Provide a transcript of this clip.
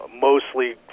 mostly